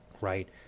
right